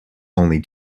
only